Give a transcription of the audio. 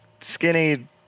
skinny